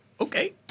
okay